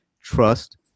trust